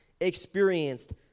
experienced